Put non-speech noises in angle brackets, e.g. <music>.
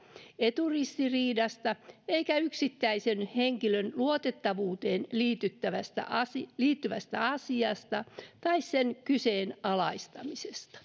eturistiriidasta eikä yksittäisen henkilön luotettavuuteen liittyvästä asiasta liittyvästä asiasta tai sen kyseenalaistamisesta <unintelligible>